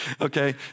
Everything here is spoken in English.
Okay